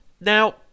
Now